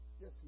Yes